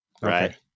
right